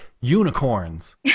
Unicorns